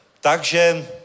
Takže